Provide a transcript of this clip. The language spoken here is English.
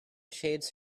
shades